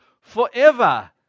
forever